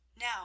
Now